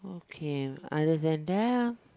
okay understand that